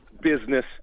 business